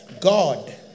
God